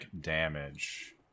Damage